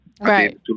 right